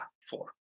four